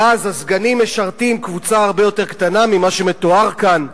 ואז הסגנים משרתים קבוצה הרבה יותר קטנה ממה שמתואר כאן.